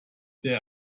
there